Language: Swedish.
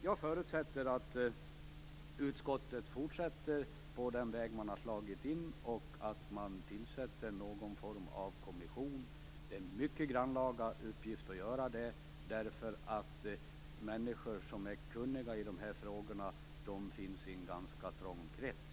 Jag förutsätter att utskottet fortsätter på den inslagna vägen och att någon form av kommission tillsätts, vilket är en grannlaga uppgift. De som är kunniga i dessa frågor finns inom en ganska trång krets.